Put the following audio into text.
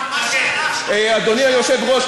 אדוני היושב-ראש,